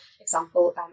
example